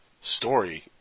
story